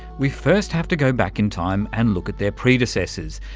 we first have to go back in time and look at their predecessors,